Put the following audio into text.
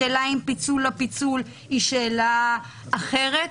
שאלת הפיצול, לא פיצול, היא שאלה אחרת.